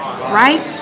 right